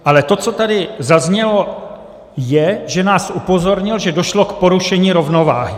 Ale to, co tady zaznělo, je, že nás upozornil, že došlo k porušení rovnováhy.